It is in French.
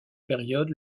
période